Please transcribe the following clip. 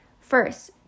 First